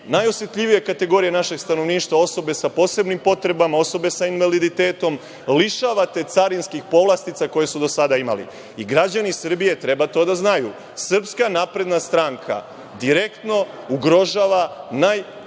najosetljivije kategorije našeg stanovništva, osobe sa posebnim potrebama, osobe sa invaliditetom, lišavate carinskih povlastica koje su do sada imali. Građani Srbije treba to da znaju, SNS direktno ugrožava najosetljiviju